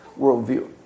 worldview